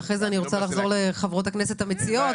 ואחרי זה אני רוצה לחזור לחברות הכנסת המציעות,